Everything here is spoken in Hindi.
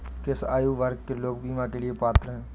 किस आयु वर्ग के लोग बीमा के लिए पात्र हैं?